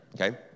okay